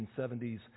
1970s